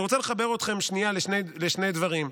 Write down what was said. אני רוצה לחבר אתכם שנייה לשני דברים,